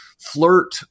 flirt